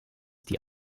die